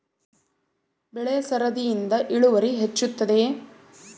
ಬೆಳೆ ಸರದಿಯಿಂದ ಇಳುವರಿ ಹೆಚ್ಚುತ್ತದೆಯೇ?